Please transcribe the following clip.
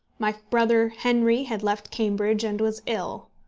my brother henry had left cambridge and was ill.